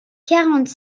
quarante